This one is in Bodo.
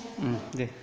दे